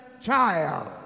child